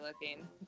looking